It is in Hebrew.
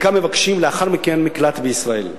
חלקם מבקשים לאחר מכן מקלט בישראל.